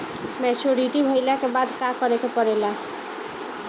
Maturity भईला के बाद का करे के पड़ेला?